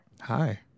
Hi